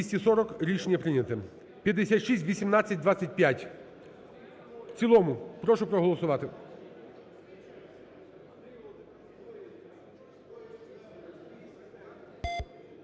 Рішення прийняте. 5618-25 в цілому. Прошу проголосувати.